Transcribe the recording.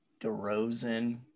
DeRozan